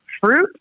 Fruit